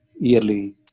yearly